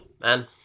Man